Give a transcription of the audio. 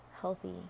healthy